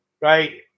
right